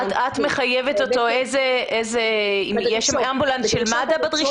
בדרישות את מחייבת אותו לאמבולנס של מד"א?